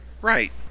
Right